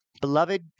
beloved